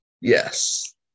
Yes